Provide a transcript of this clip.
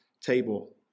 table